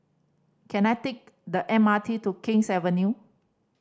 can I take the M R T to King's Avenue